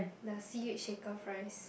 the C_H shaker fries